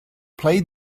play